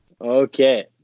Okay